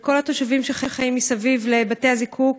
של כל התושבים שחיים מסביב לבתי-הזיקוק,